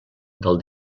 del